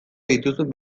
dituzun